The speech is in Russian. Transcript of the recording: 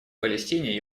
палестине